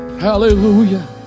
Hallelujah